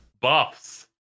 buffs